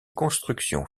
constructions